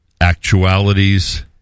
Actualities